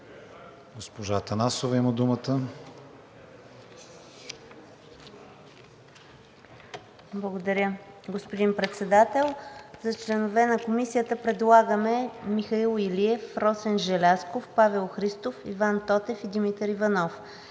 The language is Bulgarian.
Госпожа Атанасова има думата.